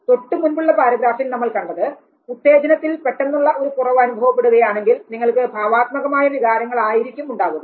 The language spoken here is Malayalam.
തൊട്ടുമുൻപുള്ള പാരഗ്രാഫിൽ നമ്മൾ കണ്ടത് ഉത്തേജനത്തിൽ പെട്ടെന്നുള്ള ഒരു കുറവ് അനുഭവപ്പെടുകയാണെങ്കിൽ നിങ്ങൾക്ക് ഭാവാത്മകമായ വികാരങ്ങൾ ആയിരിക്കും ഉളവാകുക